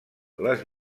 les